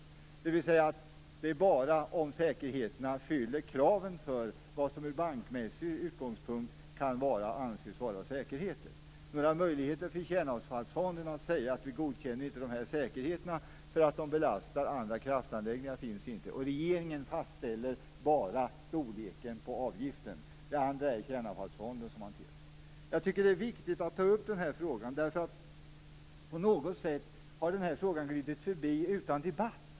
Det gäller bara att säkerheterna fyller kraven för vad som ur bankmässig utgångspunkt kan anses vara säkerheter. Några möjligheter för Kärnavfallsfonden att säga att den inte godkänner säkerheter för att de belastar andra kraftanläggningar finns inte. Regeringen fastställer bara storleken på avgiften. Det andra är det Kärnavfallsfonden som hanterar. Jag tycker att det är viktigt att ta upp denna fråga. På något sätt har den glidit förbi utan debatt.